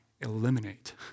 eliminate